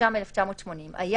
התש"ם 1980‏ ,